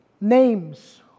names